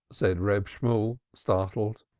said reb shemuel, startled.